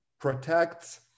protects